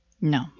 no